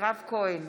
מירב כהן,